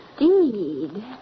Indeed